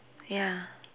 ya